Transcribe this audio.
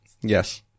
Yes